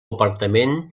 apartament